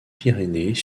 pyrénées